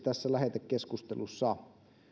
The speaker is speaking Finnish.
lähetekeskustelussa